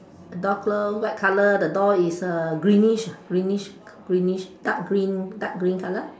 door close white color the door is uh greenish greenish greenish dark green dark green color